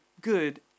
good